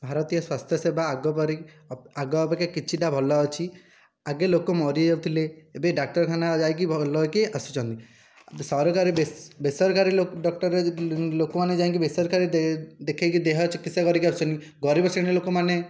ଭାରତୀୟ ସ୍ୱାସ୍ଥ୍ୟସେବା ଆଗ ପରି ଆଗ ଅପେକ୍ଷା କିଛିଟା ଭଲ ଅଛି ଆଗେ ଲୋକ ମରିଯାଉଥିଲେ ଏବେ ଡାକ୍ତରଖାନା ଯାଇକି ଭଲ ହୋଇକି ଆସୁଛନ୍ତି ସରକାରୀ ବେବେସରକାରୀ ଡକ୍ଟର ଲୋକମାନେ ଯାଇକି ବେସରକାରୀ ଦେଖାଇକି ଦେହ ଚିକତ୍ସା କରିକି ଆସୁଛନ୍ତି ଗରିବ ଶ୍ରେଣୀର ଲୋକମାନେ